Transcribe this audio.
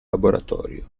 laboratorio